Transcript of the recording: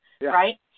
Right